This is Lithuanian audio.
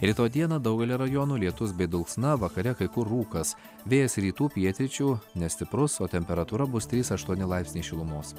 rytoj dieną daugelyje rajonų lietus bei dulksna vakare kai kur rūkas vėjas rytų pietryčių nestiprus o temperatūra bus trys aštuoni laipsniai šilumos